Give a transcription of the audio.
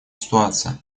ситуация